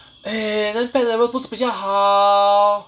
eh then Pet Lovers 不是比较好